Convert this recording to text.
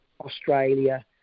Australia